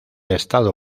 estado